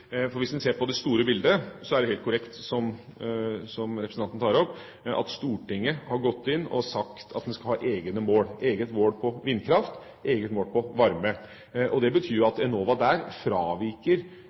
For hvis en ser på det store bildet, er det helt korrekt det representanten tar opp, at Stortinget har gått inn og sagt at en skal ha egne mål, eget mål for vindkraft, eget mål for varme. Det betyr jo